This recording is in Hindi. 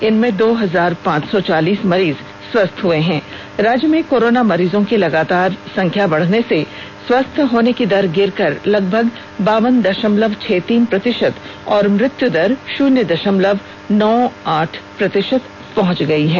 इनमें दो हजार पांच सौ चालीस मरीज स्वस्थ हो चुके हैं राज्य में कोरोना मरीजों की संख्या लगातार बढ़ने से स्वस्थ होने की दर गिरकर लगभग बावन दशमलव छह तीन प्रतिशत और मृत्यु की दर शून्य दशमलव नौ आठ प्रतिशत पहुंच गई है